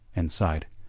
and sighed.